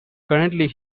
currently